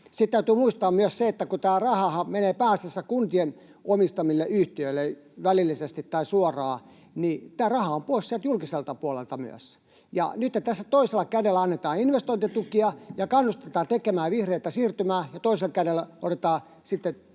Sitten täytyy muistaa myös se, että kun tämä rahahan menee pääasiassa kuntien omistamille yhtiöille, välillisesti tai suoraan, niin tämä raha on pois sieltä julkiselta puolelta myös. Nythän tässä toisella kädellä annetaan investointitukia ja kannustetaan tekemään vihreätä siirtymää ja toisella kädellä taas otetaan